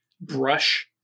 brush